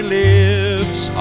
lips